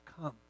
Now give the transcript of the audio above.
come